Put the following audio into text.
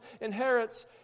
inherits